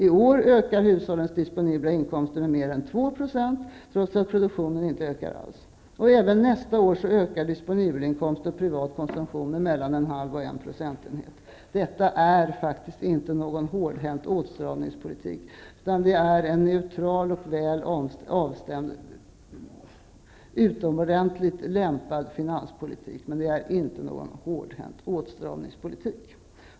I år ökar hushållens disponibla inkomster med mer än 2 % trots att produktionen inte ökar alls. Även nästa år ökar disponibelinkomst och privat konsumtion med mellan en halv och en procentenhet. Detta är ingen hårdhänt åtstramningspolitik utan det är en neutral och väl avstämd utomordentligt lämpad finanspolitik.